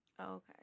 Okay